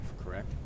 correct